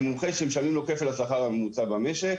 זה מומחה שמשלמים לו כסף לשכר הממוצע במשק.